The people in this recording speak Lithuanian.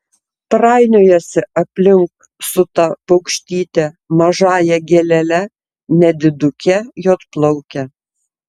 trainiojasi aplink su ta paukštyte mažąja gėlele nediduke juodplauke